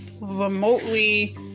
remotely